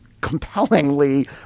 compellingly